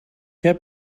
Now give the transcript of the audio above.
heb